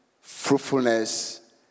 fruitfulness